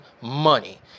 money